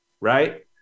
right